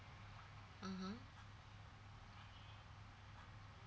mmhmm